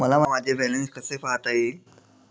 मला माझे बॅलन्स कसे पाहता येईल?